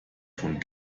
von